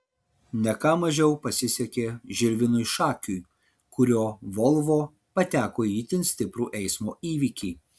ne ką mažiau pasisekė žilvinui šakiui kurio volvo pateko į itin stiprų eismo įvykį